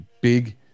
big